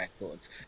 records